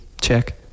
check